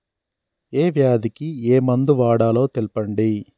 ఏ వ్యాధి కి ఏ మందు వాడాలో తెల్పండి?